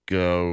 go